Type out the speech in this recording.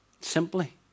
Simply